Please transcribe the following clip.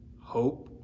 hope